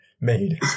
made